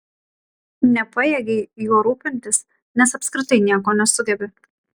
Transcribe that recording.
nepajėgei juo rūpintis nes apskritai nieko nesugebi